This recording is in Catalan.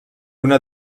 una